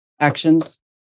actions